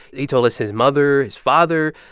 he told us his mother, his father,